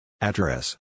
Address